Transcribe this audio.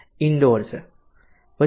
indoor છે